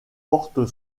porte